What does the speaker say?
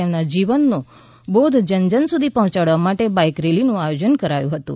તેમના જીવનનો બોધ જન જન સુધી પહોંચાડવા માટે બાઇક રેલીનું આયોજન કરાયું હતું